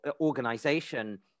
organization